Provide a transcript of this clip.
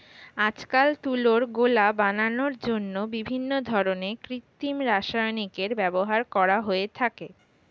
আজকাল তুলোর গোলা বানানোর জন্য বিভিন্ন ধরনের কৃত্রিম রাসায়নিকের ব্যবহার করা হয়ে থাকে